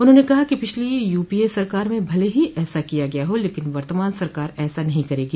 उन्होंने कहा कि पिछली यूपीए सरकार में भले ही ऐसा किया गया हो लेकिन वर्तमान सरकार ऐसा नहीं करेगी